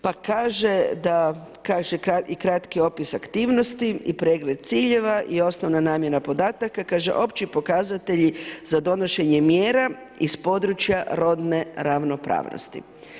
Pa kaže i kratki opis aktivnosti i pregled ciljeva i osnovna namjena podataka, kaže opći pokazatelji za donošenje mjera iz područja rodne ravnopravnosti.